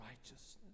righteousness